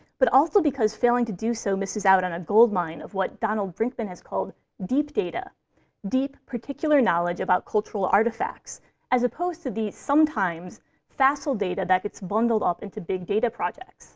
but also because failing to do so misses out on a gold mine of what donald brinkman has called deep data deep, particular knowledge about cultural artifacts as opposed to the sometimes facile data that gets bundled up into big data projects